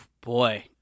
Boy